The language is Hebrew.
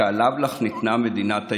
/ שעליו לך ניתנה מדינת היהודים".